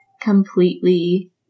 completely